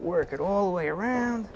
work it all the way around